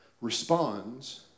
responds